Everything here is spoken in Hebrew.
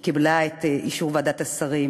היא קיבלה את אישור ועדת השרים,